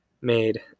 made